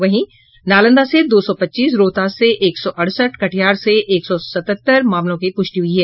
वहीं नालंदा से दो सौ पच्चीस रोहतास से एक सौ अड़सठ कटिहार से एक सौ सतहत्तर मामलों की पुष्टि हुई है